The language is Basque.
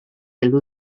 heldu